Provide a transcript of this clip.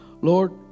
Lord